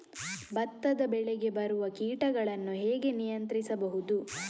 ಭತ್ತದ ಬೆಳೆಗೆ ಬರುವ ಕೀಟಗಳನ್ನು ಹೇಗೆ ನಿಯಂತ್ರಿಸಬಹುದು?